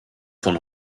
von